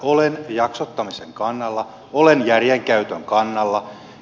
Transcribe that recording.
olen jaksottamisen kannalla olen järjenkäytön kannalla